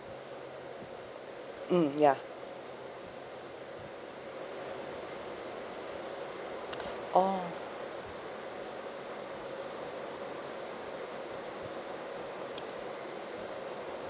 mm ya oh